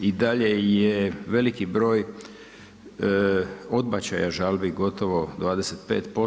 I dalje je veliki broj odbačaja žalbi gotovo 25%